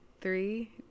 Three